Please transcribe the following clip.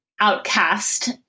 outcast